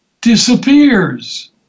disappears